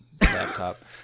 laptop